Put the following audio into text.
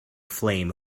flame